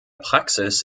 praxis